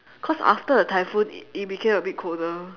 cause after the typhoon it it became a bit colder